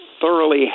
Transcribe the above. thoroughly